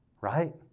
Right